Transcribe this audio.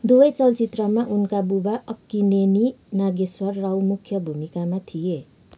दुवै चलचित्रमा उनका बुबा अक्किनेनी नागेश्वर राव मुख्य भूमिकामा थिए